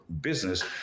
business